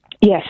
yes